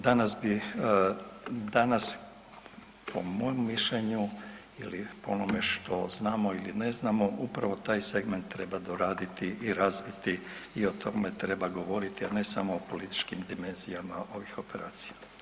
Danas bi, danas, po mom mišljenju ili po onome što znamo ii ne znamo upravo taj segment treba doraditi i razviti i o tome treba govoriti, a ne samo o političkim dimenzijama ovih operacija.